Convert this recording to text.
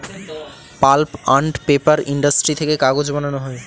pulp and paper industry থেকে কাগজ বানানো হয়